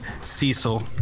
Cecil